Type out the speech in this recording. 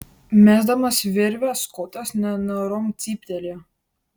mesdamas virvę skotas nenorom cyptelėjo